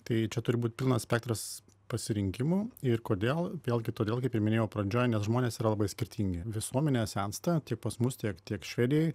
tai čia turi būti pilnas spektras pasirinkimųir kodėl vėlgi todėl kaip minėjau pradžioj nes žmonės yra labai skirtingi visuomenė sensta tiek pas mus tiek tiek švedijoj